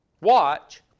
Watch